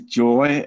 joy